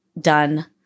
done